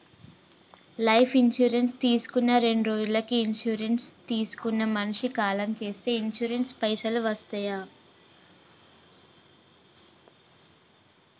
Life insurance తీసుకున్న రెండ్రోజులకి insurance తీసుకున్న మనిషి కాలం చేస్తే ఇన్సూరెన్స్ పైసల్ వస్తయా?